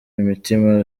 imitima